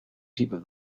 people